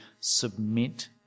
submit